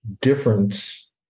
difference